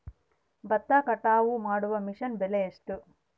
ಭತ್ತ ಕಟಾವು ಮಾಡುವ ಮಿಷನ್ ಬೆಲೆ ಎಷ್ಟು?